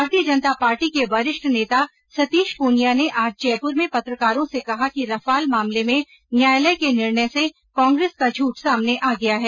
भारतीय जनता पार्टी के वरिष्ठ नेता सतीश पूनिया ने आज जयपुर में पत्रकारों से कहा कि रफाल मामले में न्यायालय के निर्णय से कांग्रेस का झूठ सामने आ गया है